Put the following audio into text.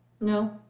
No